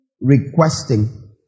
requesting